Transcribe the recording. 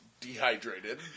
dehydrated